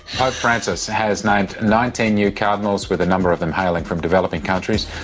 pope francis has named nineteen new cardinals, with a number of them hailing from developing countries,